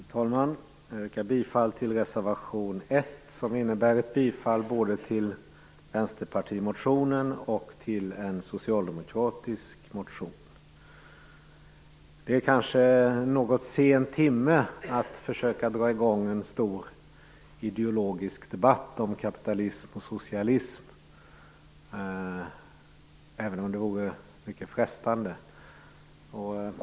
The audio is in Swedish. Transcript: Fru talman! Jag yrkar bifall till reservation 1, som innebär bifall både till Vänsterpartimotionen och till en socialdemokratisk motion. Det är kanske en något sen timme för att försöka dra i gång en stor ideologisk debatt om kapitalism och socialism, även om det vore mycket frestande.